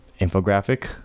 infographic